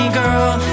girl